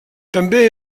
també